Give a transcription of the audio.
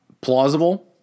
plausible